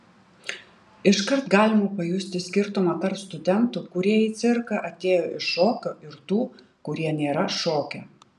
iškart galima pajusti skirtumą tarp studentų kurie į cirką atėjo iš šokio ir tų kurie nėra šokę